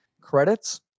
credits